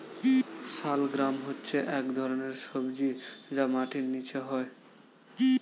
শালগ্রাম হচ্ছে এক ধরনের সবজি যা মাটির নিচে হয়